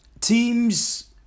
teams